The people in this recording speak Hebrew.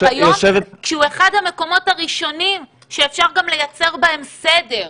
היום כשהוא אחד המקומות הראשונים שאפשר גם לייצר בהם סדר.